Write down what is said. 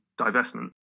divestment